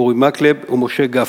אורי מקלב ומשה גפני.